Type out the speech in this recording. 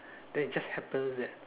then it just happens that